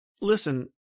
Listen